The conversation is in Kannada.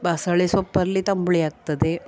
ಬಸಳೆ ಸೊಪ್ಪಲ್ಲಿ ತಂಬುಳಿ ಆಗ್ತದೆ